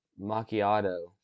macchiato